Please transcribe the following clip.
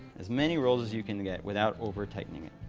as many rolls as you can get without over-tightening it.